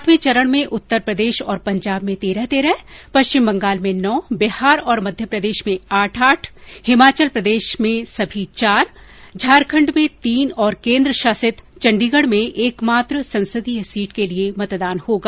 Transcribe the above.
सातवें चरण में उत्तर प्रदेश और पंजाब में तेरह तेरह पश्चिम बंगाल में नौ बिहार और मध्य प्रदेश में आठ आठ हिमाचल प्रदेश की सभी चार झारखण्ड में तीन और केन्द्र शासित चंडीगढ़ में एकमात्र संसदीय सीट के लिए मतदान होगा